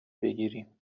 بگیریم